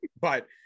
But-